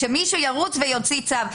שמישהו ירוץ ויוציא צו.